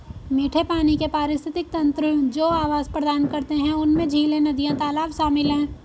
मीठे पानी के पारिस्थितिक तंत्र जो आवास प्रदान करते हैं उनमें झीलें, नदियाँ, तालाब शामिल हैं